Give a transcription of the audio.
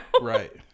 Right